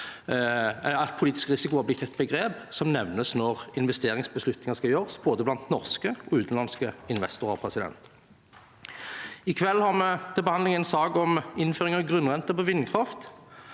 at «politisk risiko» er blitt et begrep som nevnes når investeringsbeslutninger skal gjøres, både av norske og av utenlandske investorer. I kveld har vi til behandling en sak om innføring av grunnrenteskatt på vindkraft.